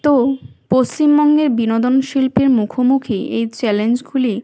তো পশ্চিমবঙ্গের বিনোদন শিল্পের মুখোমুখি এই চ্যালেঞ্জগুলি